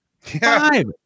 five